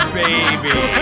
baby